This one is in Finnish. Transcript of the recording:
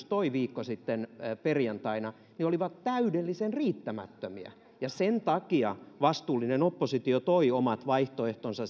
toi viikko sitten perjantaina olivat täydellisen riittämättömiä ja sen takia vastuullinen oppositio toi omat vaihtoehtonsa